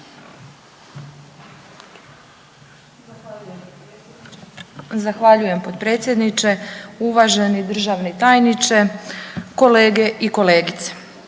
Zahvaljujem potpredsjedniče, uvaženi državni tajniče, kolege i kolegice.